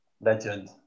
legend